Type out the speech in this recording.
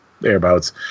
thereabouts